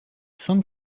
sainte